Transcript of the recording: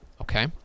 Okay